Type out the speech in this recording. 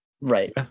Right